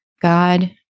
God